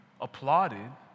applauded